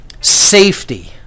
Safety